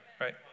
right